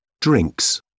Drinks